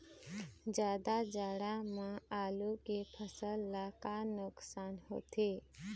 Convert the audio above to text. जादा जाड़ा म आलू के फसल ला का नुकसान होथे?